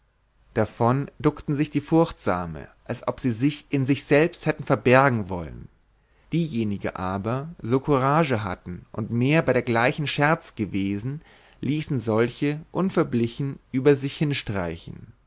davon duckten sich die forchtsame als ob sie sich in sich selbst hätten verbergen wollen diejenige aber so courage hatten und mehr bei dergleichen scherz gewesen ließen solche unverblichen über sich hinstreichen